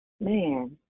Man